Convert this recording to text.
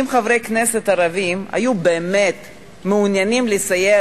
אם חברי הכנסת הערבים היו באמת מעוניינים לסייע